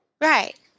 Right